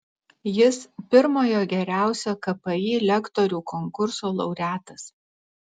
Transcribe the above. jis pirmojo geriausio kpi lektorių konkurso laureatas